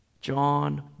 John